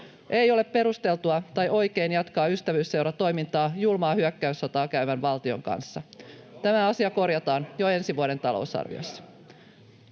Ei ole perusteltua tai oikein jatkaa ystävyysseuratoimintaa julmaa hyökkäyssotaa käyvän valtion kanssa. [Oikealta: Suoraa puhetta! — Hyvä!] Tämä asia korjataan jo ensi vuoden talousarviossa.